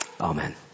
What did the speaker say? Amen